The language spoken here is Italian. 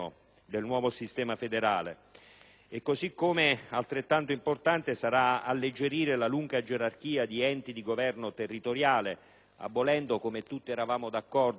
federale. Altrettanto importante sarà poi alleggerire la lunga gerarchia di enti di governo territoriale, abolendo - come si era tutti d'accordo in campagna elettorale - le Province.